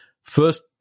First